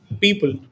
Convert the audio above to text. people